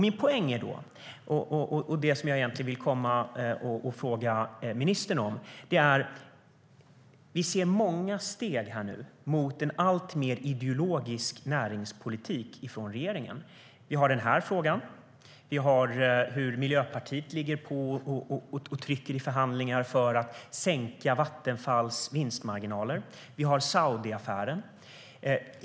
Vi ser nu att många steg tas av regeringen mot en alltmer ideologisk näringspolitik. Vi har den här frågan, vi har Miljöpartiet som ligger på i förhandlingar för att sänka Vattenfalls vinstmarginaler, vi har Saudiaffären.